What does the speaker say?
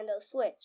Switch